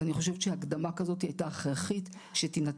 ואני חושבת שהקדמה כזאת הייתה הכרחית שתינתן.